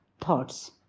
thoughts